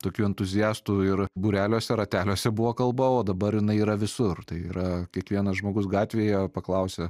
tokių entuziastų ir būreliuose rateliuose buvo kalba o dabar jinai yra visur tai yra kiekvienas žmogus gatvėje paklausia